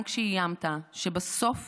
גם כשאיימת שבסוף